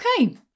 Okay